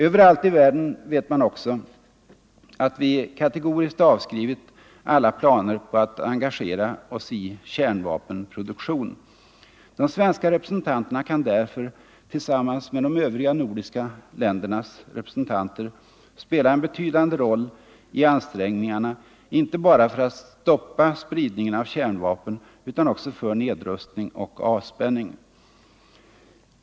Överallt i världen vet man också att vi kategoriskt avskrivit alla planer på att engagera oss i kärnvapenproduktion. De svenska representanterna 97 kan därför — tillsammans med de övriga nordiska ländernas representanter = spela en betydande roll i ansträngningarna inte bara för att stoppa spridningen av kärnvapen utan också för nedrustning och avspänning.